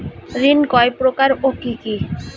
ঋণ কয় প্রকার ও কি কি?